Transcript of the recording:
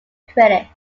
critic